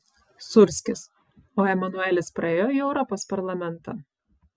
sūrskis o emanuelis praėjo į europos parlamentą